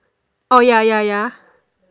orh ya ya ya